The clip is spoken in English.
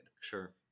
Sure